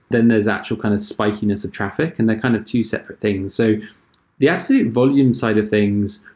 then there's actual kind of spikiness of traffic, and they're kind of two separate things. so the absolute volume side of things,